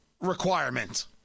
requirement